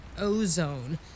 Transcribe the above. ozone